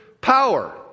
power